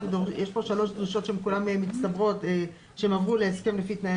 יש כאן שלוש דרישות שהן כולן מצטברות שהם עברו להסכם לפי תנאי